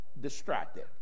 distracted